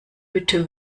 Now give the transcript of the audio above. bitte